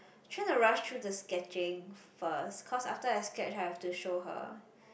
try to rush through the sketching first cause after I sketch I have to show her